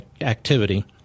activity